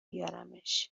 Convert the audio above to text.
بیارمش